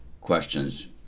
questions